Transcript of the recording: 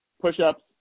push-ups